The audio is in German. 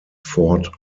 fort